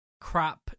Crap